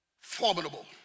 formidable